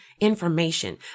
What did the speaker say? information